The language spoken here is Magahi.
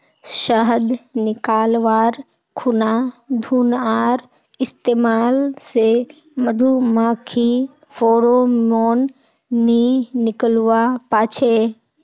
शहद निकाल्वार खुना धुंआर इस्तेमाल से मधुमाखी फेरोमोन नि निक्लुआ पाछे